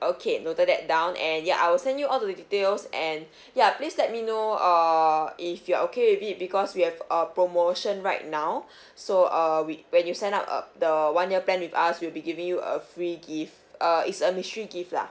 okay noted that down and ya I will send you all the details and ya please let me know err if you're okay with it because we have a promotion right now so err we when you sign up uh the one year plan with us we'll be giving you a free gift err is a mystery gift lah